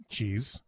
Cheese